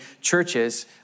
churches